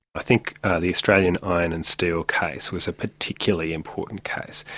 i think the australian iron and steel case was a particularly important case.